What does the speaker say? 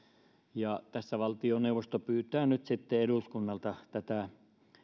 ja tässä valtioneuvosto pyytää nyt sitten eduskunnalta tätä